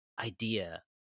idea